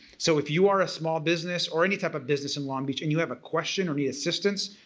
so if you are a small business or any type of business in long beach and you have a question or need assistance,